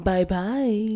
Bye-bye